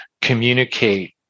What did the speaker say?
communicate